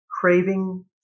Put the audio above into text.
craving